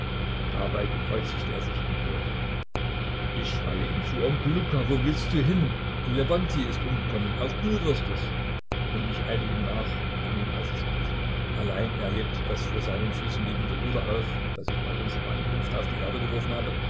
dabei bekreuzigt er sich und geht ich schreie ihm zu onkel luka wo willst du hin lewontij ist umgekommen auch du wirst es und ich eile ihm nach um ihn aufzuhalten allein er hebt das vor seinen füßen liegende ruder auf das ich bei unserer ankunft auf die erde geworfen habe